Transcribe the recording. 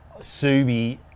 Subi